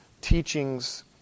teachings